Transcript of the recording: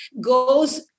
goes